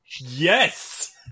yes